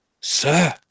sir